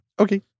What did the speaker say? Okay